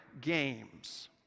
games